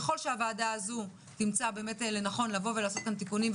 ככל שהוועדה הזו תמצא באמת לנכון לבוא ולעשות כאן תיקונים,